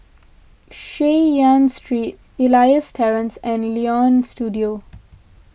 Chay Yan Street Elias Terrace and Leonie Studio